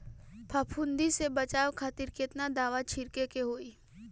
फाफूंदी से बचाव खातिर केतना दावा छीड़के के होई?